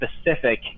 specific